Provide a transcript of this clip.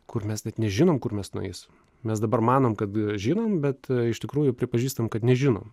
kur mes net nežinom kur mes nueisim mes dabar manom kad žinom bet iš tikrųjų pripažįstam kad nežinom